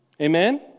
Amen